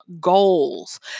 goals